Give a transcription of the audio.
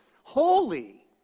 Holy